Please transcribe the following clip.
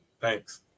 Thanks